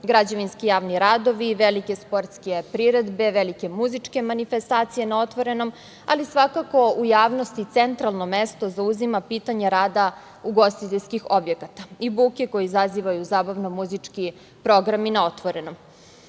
građevinski javni radovi, velike sportske priredbe, velike muzičke manifestacije na otvorenom, ali svakako u javnosti centralno mesto zauzima pitanje rada ugostiteljskih objekata i buke koju izazivaju zabavno muzički programi na otvorenom.U